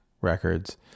records